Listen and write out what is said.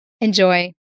enjoy